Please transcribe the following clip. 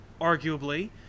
Arguably